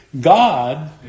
God